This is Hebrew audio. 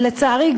ולצערי,